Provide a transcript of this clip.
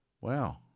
Wow